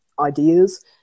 ideas